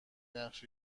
نقش